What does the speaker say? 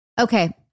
Okay